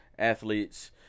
Athletes